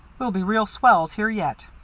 we'll be real swells here yet.